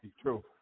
true